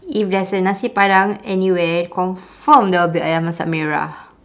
if there's a nasi padang anywhere confirm there will be ayam masak merah